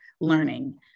learning